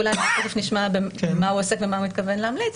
ואולי תיכף נשמע במה הוא עוסק ומה הוא מתכוון להמליץ,